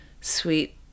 sweet